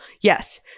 yes